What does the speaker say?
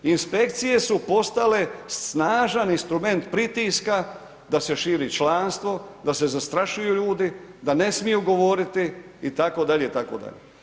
Inspekcije su postale snažan instrument pritiska da se širi članstvo, da se zastrašuju ljudi, da ne smiju govoriti, itd. itd.